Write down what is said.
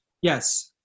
Yes